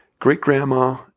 Great-grandma